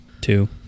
Two